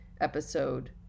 episode